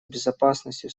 безопасностью